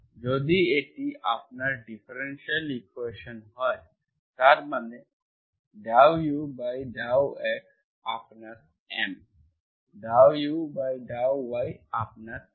যদি এটি আপনার ডিফারেনশিয়াল ইকুয়েশন হয় তার মানে ∂u∂x আপনার M ∂u∂y আপনার N